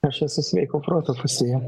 aš esu sveiko proto pusėje